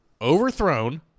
overthrown